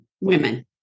Women